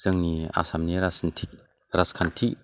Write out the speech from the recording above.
जोंनि आसामनि राजखान्थिनिनि